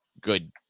good